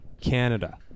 Canada